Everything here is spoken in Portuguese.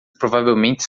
provavelmente